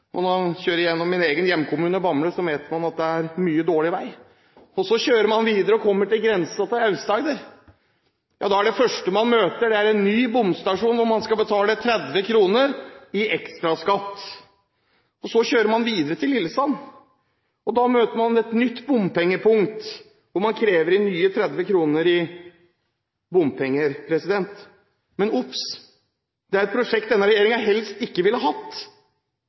Og når man kjører gjennom min egen hjemkommune, Bamble, vet man at det er mye dårlig vei. Så kjører man videre og kommer til grensen til Aust-Agder. Da er det første man møter, en ny bomstasjon, hvor man skal betale 30 kr i ekstraskatt. Så kjører man videre til Lillesand, og da møter man et nytt bompengepunkt, hvor man krever inn nye 30 kr i bompenger. Ups, dette er et prosjekt denne regjeringen helst ikke ville hatt,